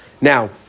Now